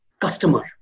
customer